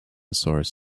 source